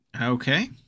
Okay